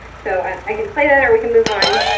so i can play that, or we can move on.